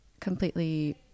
completely